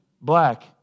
black